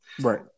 Right